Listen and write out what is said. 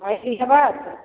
ऐसी है बात